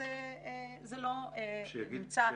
זה לא נמצא בתוך המענה.